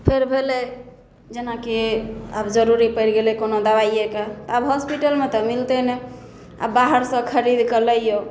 फेर भेलै जेनाकि आब जरूरी परि गेलै कोनो दबाइएके तऽ आब होस्पितलमे तऽ मिलतै नहि आब बाहर से खरीदके लइयौ